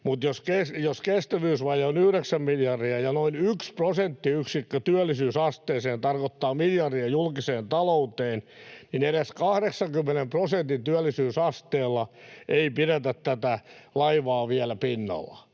Mutta jos kestävyysvaje on yhdeksän miljardia ja noin yksi prosenttiyksikkö työllisyysasteeseen tarkoittaa miljardia julkiseen talouteen, niin edes 80 prosentin työllisyysasteella ei pidetä tätä laivaa vielä pinnalla.